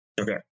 Okay